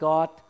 God